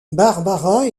barbara